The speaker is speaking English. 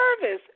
service